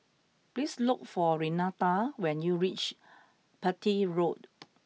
please look for Renata when you reach Petir Road